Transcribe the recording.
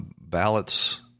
ballots